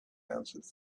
answered